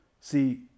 See